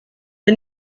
the